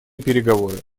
переговоры